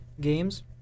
games